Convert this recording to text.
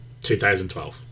2012